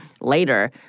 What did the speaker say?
later